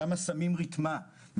שם שמים רתמה,